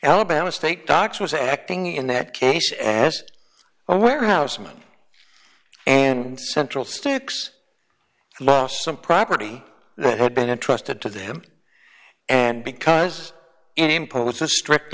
alabama state docs was acting in that case as well warehouseman and central sticks lost some property that had been a trusted to them and because impose a strict